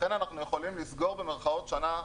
לכן אנחנו יכולים לסגור במירכאות שנה,